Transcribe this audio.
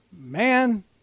Man